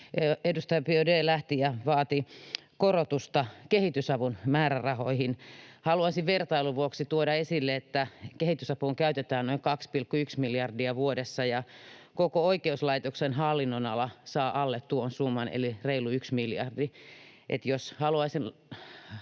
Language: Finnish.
edustaja Biaudet lähti ja vaati korotusta kehitysavun määrärahoihin. Haluaisin vertailun vuoksi tuoda esille, että kehitysapuun käytetään noin 2,1 miljardia vuodessa ja koko oikeuslaitoksen hallinnonala saa alle tuon summan eli reilun 1 miljardin. Haluaisin